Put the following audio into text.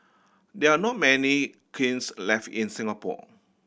there are not many kilns left in Singapore